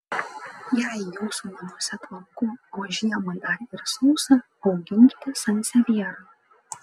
jei jūsų namuose tvanku o žiemą dar ir sausa auginkite sansevjerą